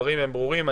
הדברים הם ברורים,